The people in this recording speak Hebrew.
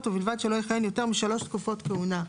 ובלבד שלא יכהן יותר משלוש תקופות כהונה.